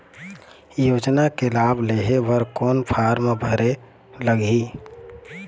योजना के लाभ लेहे बर कोन फार्म भरे लगही?